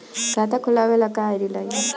खाता खोलाबे ला का का आइडी लागी?